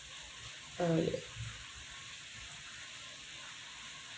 uh